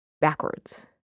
backwards